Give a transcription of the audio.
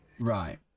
Right